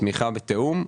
תמיכה בתיאום,